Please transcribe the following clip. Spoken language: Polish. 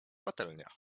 patelnia